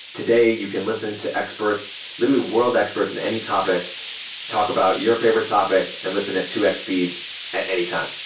today, you can listen to experts, literally world experts in any topic talk about your favorite topic and listen at two x speed at any time.